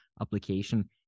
application